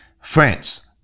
France